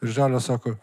žalio sako